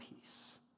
peace